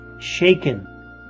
shaken